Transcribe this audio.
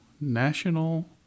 National